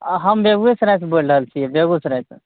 हम बेगुएसरायसँ बोलि रहल छी बेगुसरायसँ